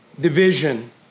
division